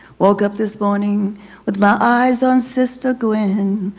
woke up this morning with my eyes on sister gwen.